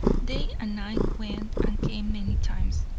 day and night went and came many times,